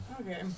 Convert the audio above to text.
Okay